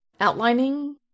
outlining